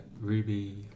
Ruby